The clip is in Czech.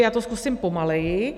Já to zkusím pomaleji.